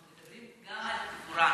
אנחנו מדברים גם על הגבורה.